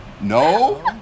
No